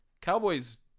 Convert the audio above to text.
Cowboys